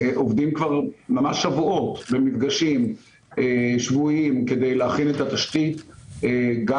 עובדים כבר ממש שבועות במפגשים שבועיים כדי להכין את התשתית גם